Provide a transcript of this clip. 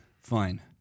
fine